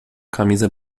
camisa